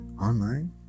Online